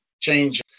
change